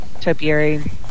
topiary